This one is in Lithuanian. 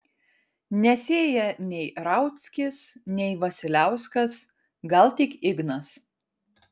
nesėja nei rauckis nei vasiliauskas gal tik ignas